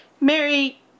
Mary